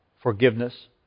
forgiveness